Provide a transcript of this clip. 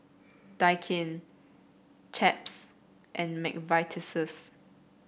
Daikin Chaps and McVitie's